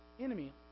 enemy